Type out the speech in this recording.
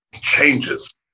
changes